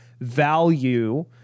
value